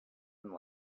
and